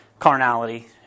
carnality